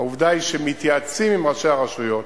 העובדה היא שמתייעצים עם ראשי הרשויות,